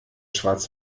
schwarz